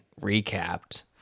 recapped